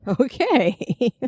Okay